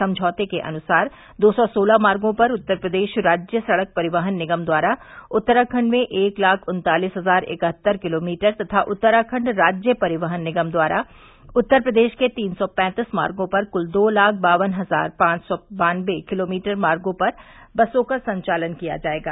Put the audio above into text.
समझौते के अनुसार दो सौ सोलह मार्गो पर उत्तर प्रदेश राज्य सड़क परिवहन निगम द्वारा उत्तराखंड में एक लाख उन्तालीस हजार इकहत्तर किलोमीटर तथा उत्तराखंड राज्य परिवहन निगम द्वारा उत्तर प्रदेश के तीन सौ पैंतीस मार्गो पर कूल दो लाख बावन हजार पांच सौ बान्नये किलोमीटर मार्गो पर बसों का संचालन किया जायेगा